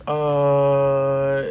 err